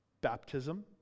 Baptism